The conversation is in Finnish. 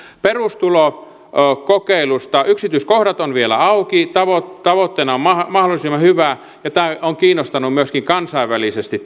perustulokokeilusta yksityiskohdat ovat vielä auki tavoitteena tavoitteena on mahdollisimman hyvä ja tämä kokeilu on kiinnostanut myöskin kansainvälisesti